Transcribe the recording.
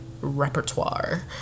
repertoire